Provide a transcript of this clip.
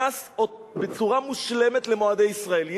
נכנס בצורה מושלמת למועדי ישראל.